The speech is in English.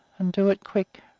and do it quick.